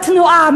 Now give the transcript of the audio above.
התנועה,